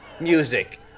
music